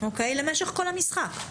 למשך כל המשחק?